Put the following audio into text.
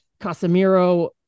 Casemiro